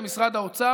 למשרד האוצר,